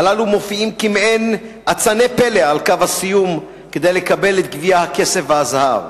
הללו מופיעים כמעין אצני פלא על קו הסיום כדי לקבל את גביע הכסף והזהב".